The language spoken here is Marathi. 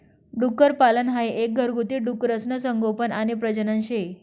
डुक्करपालन हाई एक घरगुती डुकरसनं संगोपन आणि प्रजनन शे